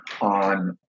on